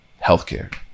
healthcare